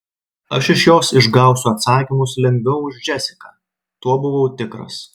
aš iš jos išgausiu atsakymus lengviau už džesiką tuo buvau tikras